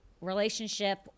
relationship